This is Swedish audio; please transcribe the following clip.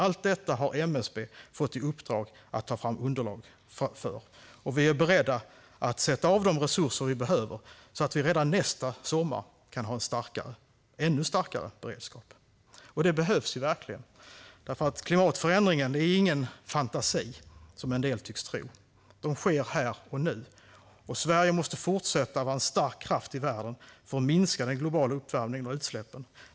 Allt detta har MSB fått i uppdrag att ta fram underlag för, och vi är beredda att sätta av de resurser vi behöver så att vi redan nästa sommar kan ha en starkare - ännu starkare - beredskap. Det behövs verkligen. Klimatförändringen är ingen fantasi, som en del tycks tro. Den sker här och nu, och Sverige måste fortsätta vara en stark kraft i världen för att minska den globala uppvärmningen och utsläppen.